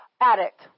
addict